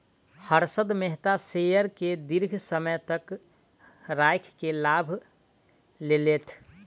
Harshad Mehta share के दीर्घ समय तक राइख के लाभ लेलैथ